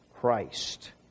Christ